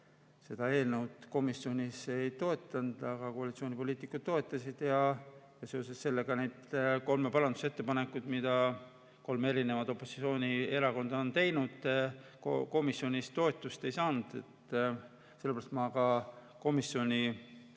seda eelnõu komisjonis ei toetanud, aga koalitsioonipoliitikud toetasid ja seoses sellega need kolm parandusettepanekut, mis kolm opositsioonierakonda on teinud, komisjonis toetust ei saanud. Sellepärast ma ka komisjoni